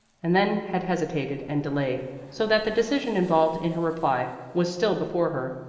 and then had hesitated and delayed, so that the decision involved in her reply was still before her.